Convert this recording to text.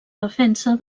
defensa